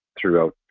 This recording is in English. throughout